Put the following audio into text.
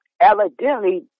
Evidently